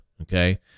Okay